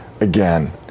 again